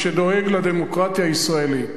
שדואג לדמוקרטיה הישראלית